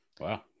Wow